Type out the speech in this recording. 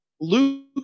Luke